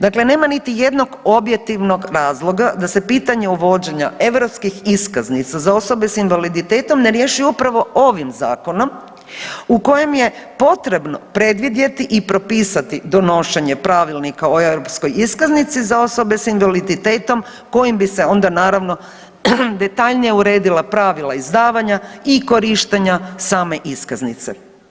Dakle, nema niti jednog objektivnog razloga da se pitanje uvođenja europskih iskaznica za osobe sa invaliditetom ne riješi upravo ovim zakonom u kojem je potrebno predvidjeti i propisati donošenje Pravilnika o europskoj iskaznici za osobe sa invaliditetom kojim bi se onda naravno detaljnije uredila pravila izdavanja i korištenja same iskaznice.